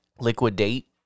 liquidate